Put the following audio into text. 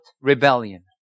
rebellion